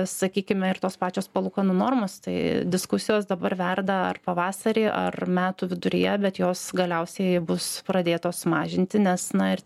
sakykime ir tos pačios palūkanų normos tai diskusijos dabar verda ar pavasarį ar metų viduryje bet jos galiausiai bus pradėtos mažinti nes na ir